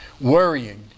worrying